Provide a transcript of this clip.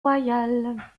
royal